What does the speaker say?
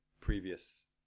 previous